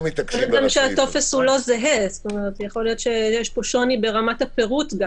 מה גם שהטופס לא זהה אז יכול להיות שיש הבדל ברמת הפירוט.